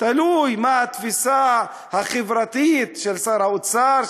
תלוי מה התפיסה החברתית של שר האוצר,